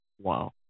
Wow